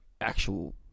actual